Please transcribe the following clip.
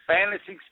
Fantasy